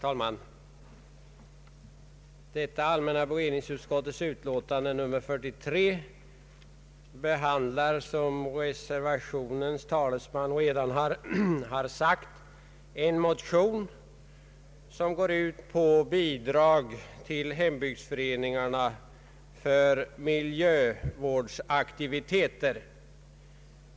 Herr talman! Allmänna beredningsutskottets utlåtande nr 43 behandlar, som reservanternas talesman redan har sagt, en motion som går ut på bidrag till hembygdsföreningarna för miljövårdsaktiviteter.